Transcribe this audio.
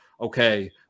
okay